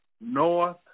North